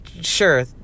sure